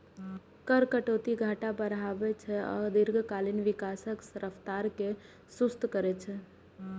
कर कटौती घाटा बढ़ाबै छै आ दीर्घकालीन विकासक रफ्तार कें सुस्त करै छै